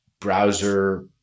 browser